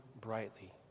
brightly